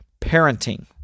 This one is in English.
Parenting